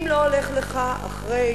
אם לא הולך לך אחרי